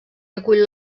recull